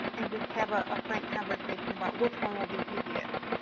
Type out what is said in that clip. and just have a ah frank conversation about which one will be easiest.